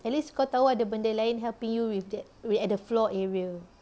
at least kau tahu kau ada benda lain helping you with that with at the floor area